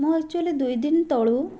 ମୁଁ ଏକ୍ଚୁଲି ଦୁଇଦିନ ତଳୁ